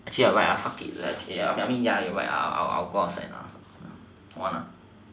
actually you're right ah fuck it I I I am mean you're right I I will go outside and ask hold on ah